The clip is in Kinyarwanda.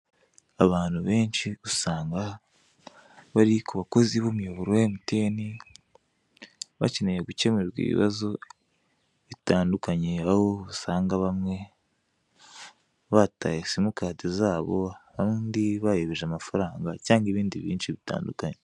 Abantu benshi usanga bari ku bakozi b'imiyoboro ya MTN bakeneye gukemurirwa ibibazo bitandukanye, aho usanga bamwe bataye simukadi zabo, bayobeje amafaranga cyangwa ibindi byinshi bitandukanye.